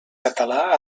català